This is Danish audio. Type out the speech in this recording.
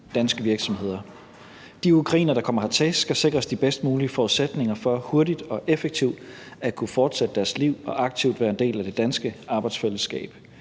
danske virksomheder. De ukrainere, der kommer hertil, skal sikres de bedst mulige forudsætninger for hurtigt og effektivt at kunne fortsætte deres liv og aktivt være en del af det danske arbejdsfællesskab.